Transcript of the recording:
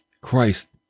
Christ